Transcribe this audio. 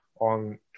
on